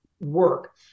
work